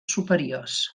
superiors